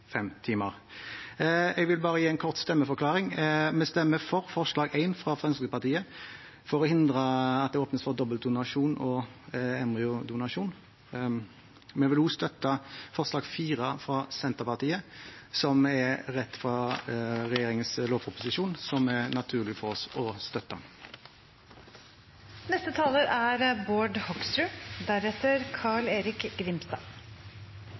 Jeg vil gi en kort stemmeforklaring. Vi stemmer for forslag nr. 1, fra Fremskrittspartiet, for å hindre at det åpnes for dobbeltdonasjon og embryodonasjon. Vi vil også støtte forslag nr. 4, fra Senterpartiet, som er rett fra regjeringens lovproposisjon, som det er naturlig for oss å støtte. Dette er